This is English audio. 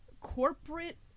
corporate